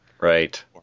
Right